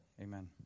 Amen